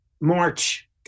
March